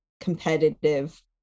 competitive